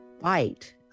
fight